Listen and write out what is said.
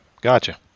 gotcha